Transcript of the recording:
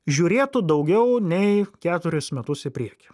žiūrėtų daugiau nei keturis metus į priekį